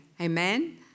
Amen